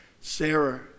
Sarah